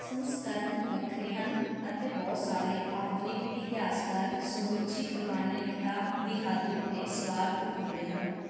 ਸੰਸਕਰਣ ਵੱਖਰੇ ਹਨ ਅਤੇ ਬਹੁਤ ਸਾਰੇ ਆਧੁਨਿਕ ਇਤਿਹਾਸਕਾਰ ਸਮੁੱਚੀ ਪ੍ਰਮਾਣਿਕਤਾ ਦੀ ਹੱਦ ਉੱਤੇ ਸਵਾਲ ਉਠਾਉਂਦੇ ਹਨ